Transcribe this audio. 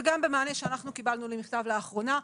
ולפי מענה שאנחנו קיבלנו ממכתב לאחרונה,